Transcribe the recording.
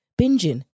binging